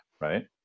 Right